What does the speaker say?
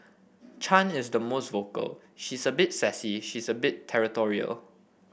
Chan is the most vocal she's a bit sassy she's a bit territorial